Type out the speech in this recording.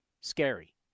scary